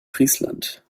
friesland